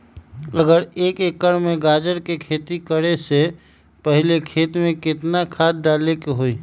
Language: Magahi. अगर एक एकर में गाजर के खेती करे से पहले खेत में केतना खाद्य डाले के होई?